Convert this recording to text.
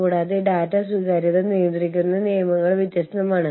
കൂടാതെ ഈ മാതൃരാജ്യ പൌരന്മാർ ആതിഥേയ രാജ്യക്കാരുമായി സംവദിക്കുന്നു